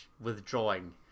withdrawing